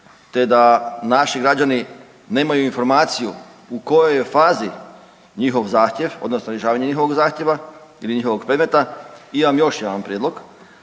te da naši građani nemaju informaciju u kojoj je fazi njihov zahtjev, odnosno rješavanje njihovog zahtjeva ili njihovog predmeta imam još jedan prijedlog,